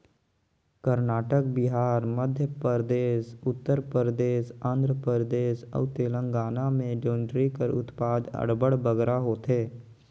करनाटक, बिहार, मध्यपरदेस, उत्तर परदेस, आंध्र परदेस अउ तेलंगाना में जोंढरी कर उत्पादन अब्बड़ बगरा होथे